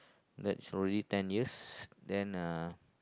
that's already ten years